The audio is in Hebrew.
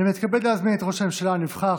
אני מתכבד להזמין את ראש הממשלה הנבחר,